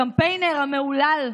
הקמפיינר המהולל,